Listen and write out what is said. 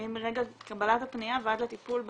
מרגע קבלת הפנייה ועד לטיפול בסיפור.